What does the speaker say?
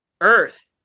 Earth